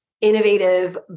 innovative